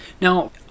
Now